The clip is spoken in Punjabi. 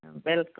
ਬਿਲਕੁਲ